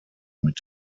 mit